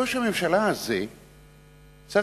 ראש הממשלה הזה צריך,